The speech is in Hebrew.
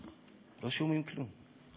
לא שומעים כלום.